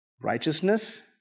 Righteousness